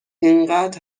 اینقد